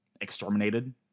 exterminated